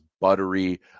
buttery